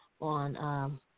on